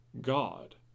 God